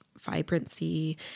vibrancy